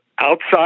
Outside